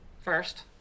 First